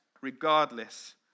regardless